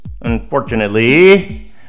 Unfortunately